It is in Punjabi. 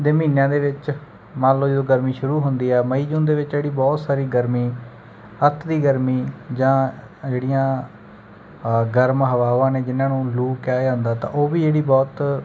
ਦੇ ਮਹੀਨਿਆਂ ਦੇ ਵਿੱਚ ਮੰਨ ਲਓ ਜਦੋਂ ਗਰਮੀ ਸ਼ੁਰੂ ਹੁੰਦੀ ਹੈ ਮਈ ਜੂਨ ਦੇ ਵਿੱਚ ਜਿਹੜੀ ਬਹੁਤ ਸਾਰੀ ਗਰਮੀ ਅੱਤ ਦੀ ਗਰਮੀ ਜਾਂ ਜਿਹੜੀਆਂ ਗਰਮ ਹਵਾਵਾਂ ਨੇ ਜਿਨ੍ਹਾਂ ਨੂੰ ਲੂ ਕਿਹਾ ਜਾਂਦਾ ਤਾਂ ਉਹ ਵੀ ਜਿਹੜੀ ਬਹੁਤ